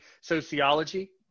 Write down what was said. sociology